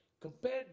Compared